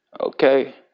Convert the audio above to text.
Okay